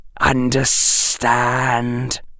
understand